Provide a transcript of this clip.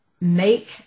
make